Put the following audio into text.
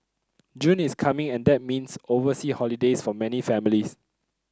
June is coming and that means oversea holidays for many families